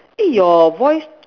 eh your voice